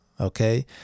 Okay